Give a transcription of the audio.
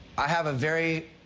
i have a very,